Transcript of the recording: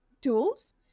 tools